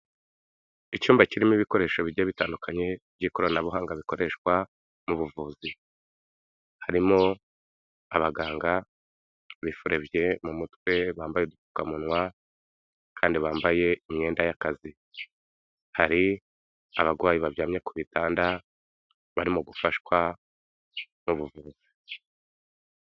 Icyumba kirimo ibikoresho bigiye bitandukanye by'ikoranabuhanga bikoreshwa mu buvuzi, harimo abaganga bifurebye mu mutwe, bambaye udupfukamunwa, kandi bambaye imyenda y'akazi, hari abarwayi baryamye ku bitanda barimo gufashwa mu buvuzi.